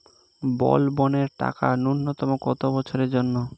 বলবনের টাকা ন্যূনতম কত বছরের জন্য?